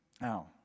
now